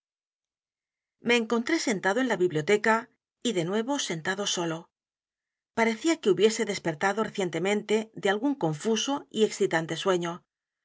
me encontré sentado en la biblioteca y de nuevo sentado solo parecía que hubiese despertado recientemente de algún confuso y excitante sueño